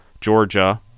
Georgia